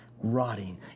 rotting